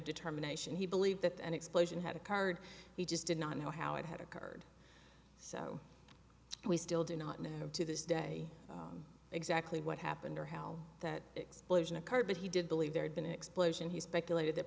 determination he believed that an explosion had occurred he just did not know how it had occurred so we still do not know to this day exactly what happened or how that explosion occurred but he did believe there had been an explosion he speculated that